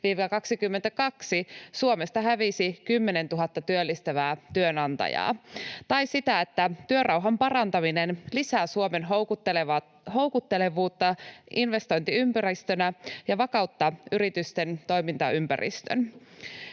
Suomesta hävisi 10 000 työllistävää työnantajaa, tai siitä, että työrauhan parantaminen lisää Suomen houkuttelevuutta investointiympäristönä ja vakauttaa yritysten toimintaympäristön.